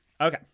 okay